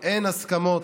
אין הסכמות